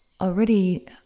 already